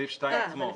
בסעיף 2 עצמו.